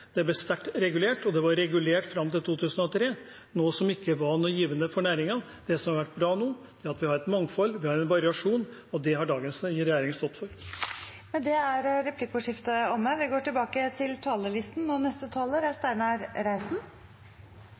det ble sterkt regulert. Det var regulert fram til 2003, noe som ikke var noe givende for næringen. Det som er bra nå, er at vi har et mangfold, vi har en variasjon, og det har dagens regjering stått for. Replikkordskiftet er omme. Den 6. mai i år ble det klart at Norges Bondelag og